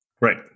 Right